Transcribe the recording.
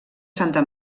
santa